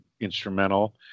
instrumental